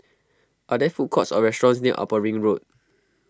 are there food courts or restaurants near Upper Ring Road